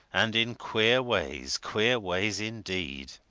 and in queer ways queer ways, indeed!